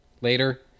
Later